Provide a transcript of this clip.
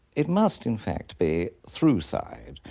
it must in fact be throughside.